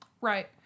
Right